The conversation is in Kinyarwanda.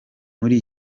muri